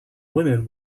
women